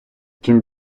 чим